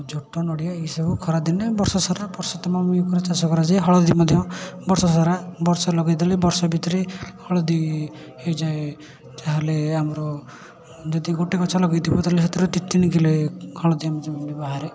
ଝୋଟ ନଡ଼ିଆ ଏହିସବୁ ଖରା ଦିନରେ ବର୍ଷସାରା ବର୍ଷ ତମାମ ଏଇ ଗୁଡ଼ା ଚାଷ କରାଯାଏ ହଳଦୀ ମଧ୍ୟ ବର୍ଷସାରା ବର୍ଷେ ଲଗେଇ ଦେଲେ ବର୍ଷେ ଭିତରେ ହଳଦୀ ହେଇଯାଏ ତାହେଲେ ଆମର ଯଦି ଗୋଟେ ଗଛ ଲଗେଇଥିବ ତାହେଲେ ସେଥିରେ ଦୁଇ ତିନି କିଲେ ହଳଦୀ ବାହାରେ